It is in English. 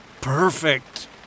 perfect